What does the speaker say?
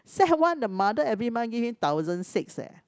sec-one the mother every month give him thousand six leh